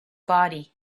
body